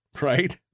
right